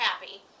happy